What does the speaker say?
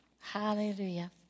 hallelujah